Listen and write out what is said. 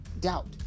doubt